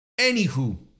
Anywho